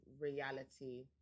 reality